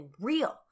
real